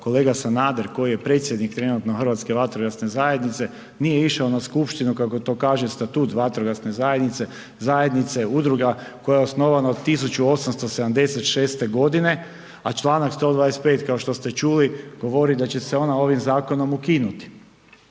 kolega Sanader koji je predsjednik trenutno Hrvatske vatrogasne zajednice nije išao na skupštinu kako to kaže statut vatrogasne zajednice, zajednice udruga koja je osnovana od 1876. godine, a Članak 125. kao što ste čuli govori da će se ona ovim zakonom ukinuti.